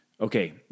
Okay